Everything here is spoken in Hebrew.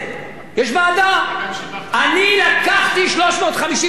אתה גם שיבחת את, אני לקחתי 350 מיליון שקל, ממי?